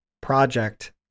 project